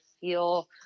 feel